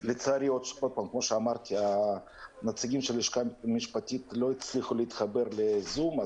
לצערי נציגי הלשכה המשפטית לא הצליחו להתחבר בזום.